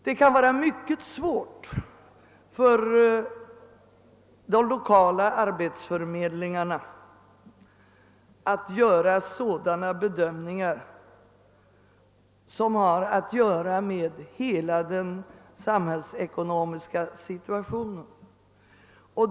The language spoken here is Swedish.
Det kan vara mycket svårt för länsarbetsnämnderna och de lokala arbetsförmedlingarna att göra sådana bedömningar som gäller hela den samhällsekonomiska situationen.